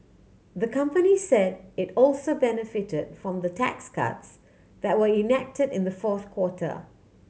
the company said it also benefited from the tax cuts that were enacted in the fourth quarter